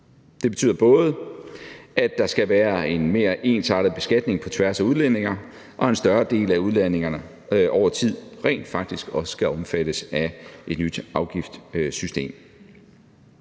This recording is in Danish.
Det betyder, at der både skal være en mere ensartet beskatning på tværs af udledninger, og at en større del af udledningerne over tid rent faktisk skal omfattes af et nyt afgiftssystem.